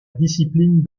discipline